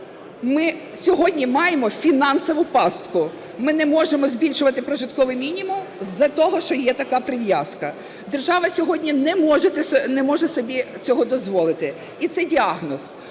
Ми сьогодні маємо фінансову пастку, ми не можемо збільшувати прожитковий мінімум із-за того, що є така прив'язка. Держава сьогодні не може собі цього дозволити. І це діагноз.